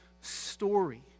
story